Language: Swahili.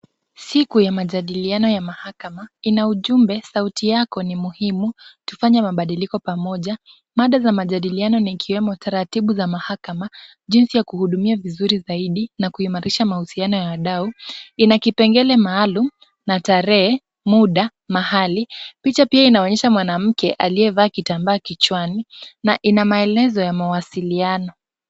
Siku ya majadiliano ya mahakama ina ujumbe sauti yako ni muhimu tufanye mabadiliko pamoja. Mada za majadiliano ni ikiwemo taratibu za mahakama, jinsi ya kuhudumia vizuri zaidi na kuimarisha mahusiano ya wadau, ina kipengele maalum na tarehe, muda, mahali, picha pia inaonyesha mwanamke aliyevaa kitambaa kichwani na ina maelezo ya mawasiliano.